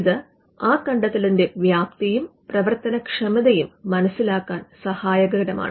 ഇത് ആ കണ്ടെത്തലിന്റെ വ്യാപ്തിയും പ്രവർത്തനക്ഷമതയും മനസിലാക്കാൻ സഹായകമാണ്